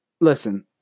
listen